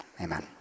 amen